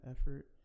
effort